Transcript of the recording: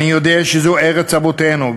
אני יודע שזאת ארץ אבותינו,